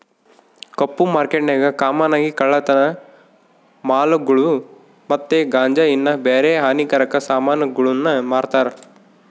ಕಪ್ಪು ಮಾರ್ಕೆಟ್ನಾಗ ಕಾಮನ್ ಆಗಿ ಕಳ್ಳತನ ಮಾಲುಗುಳು ಮತ್ತೆ ಗಾಂಜಾ ಇನ್ನ ಬ್ಯಾರೆ ಹಾನಿಕಾರಕ ಸಾಮಾನುಗುಳ್ನ ಮಾರ್ತಾರ